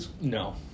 No